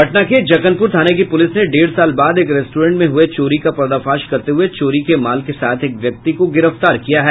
पटना के जक्कनपुर थाने की पुलिस ने डेढ़ साल बाद एक रेस्ट्रेंट में हुये चोरी का पर्दाफाश करते हुये चोरी के माल के साथ एक व्यक्ति को गिरफ्तार किया है